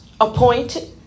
appointed